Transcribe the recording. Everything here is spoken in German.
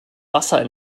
wasser